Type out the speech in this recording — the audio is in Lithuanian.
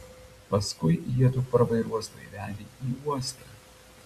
paskui jiedu parvairuos laivelį į uostą